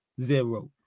Zero